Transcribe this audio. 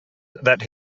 that